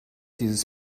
dieses